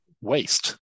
waste